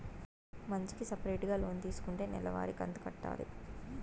మంచికి సపరేటుగా లోన్ తీసుకుంటే నెల వారి కంతు కట్టాలి